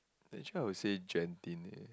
actually I would say Genting eh